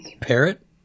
Parrot